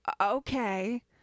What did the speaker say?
okay